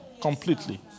completely